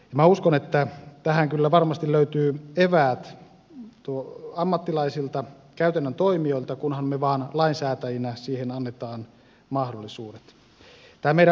minä uskon että tähän kyllä varmasti löytyy eväät ammattilaisilta käytännön toimijoilta kunhan me vain lainsäätäjinä siihen annamme mahdollisuudet